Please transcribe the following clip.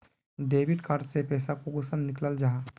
Debit card से पैसा कुंसम निकलाल जाहा?